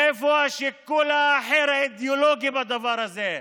איפה השיקול האחר, האידיאולוגי, בדבר הזה?